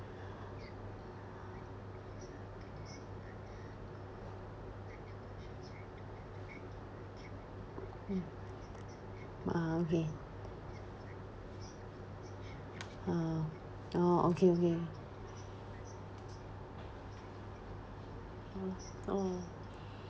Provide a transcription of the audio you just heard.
mm uh okay uh oh okay okay mm oh